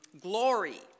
glory